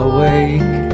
Awake